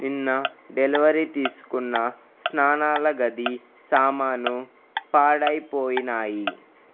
నిన్న డెలివరీ తీసుకున్న స్నానాల గది సామాను పాడైపోయినాయి